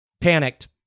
panicked